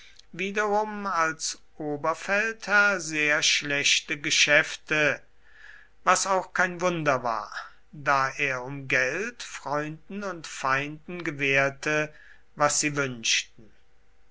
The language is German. wiederum als oberfeldherr sehr schlechte geschäfte was auch kein wunder war da er um geld freunden und feinden gewährte was sie wünschten